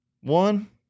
one